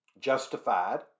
justified